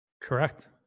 Correct